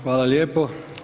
Hvala lijepo.